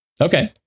Okay